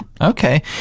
Okay